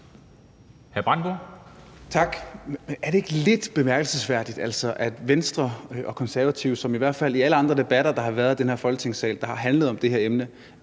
Bjørn Brandenborg (S): Tak. Er det ikke lidt bemærkelsesværdigt, at Venstre og Konservative – som i hvert fald i alle andre debatter, der har været i den her Folketingssal, og som har handlet om det her emne,